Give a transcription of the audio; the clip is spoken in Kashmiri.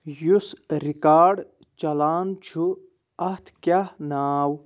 یُس ریکاڈ چلان چھُ اَتھ کیٛاہ ناو